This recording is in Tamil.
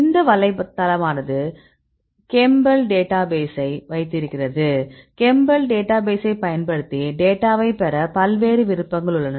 இந்த வலைத்தளமானது chembl டேட்டா பேசை வைத்திருக்கிறது chembl டேட்டா பேசை பயன்படுத்தி டேட்டாவை பெற பல்வேறு விருப்பங்கள் உள்ளன